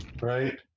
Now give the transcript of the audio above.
right